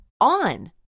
on